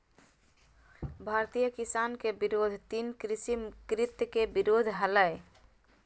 भारतीय किसान के विरोध तीन कृषि कृत्य के विरोध हलय